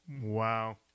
Wow